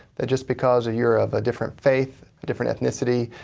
that just because youire of a different faith, different ethnicity,